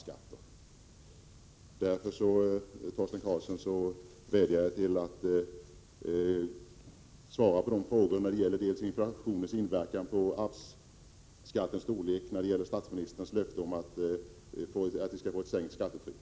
Jag vädjar till Torsten Karlsson att svara på frågorna om inflationens inverkan på arvsskattens storlek och om statsministerns löfte om en sänkning av skattetrycket.